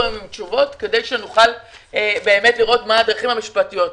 עם תשובות כדי שנוכל לראות מה הדרכים המשפטיות.